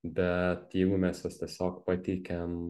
bet jeigu mes juos tiesiog pateikiam